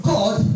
God